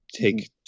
take